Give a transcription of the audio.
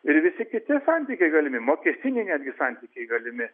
ir visi kiti santykiai galimi mokestiniai netgi santykiai galimi